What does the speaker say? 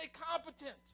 competent